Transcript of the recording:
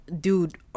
dude